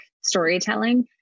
storytelling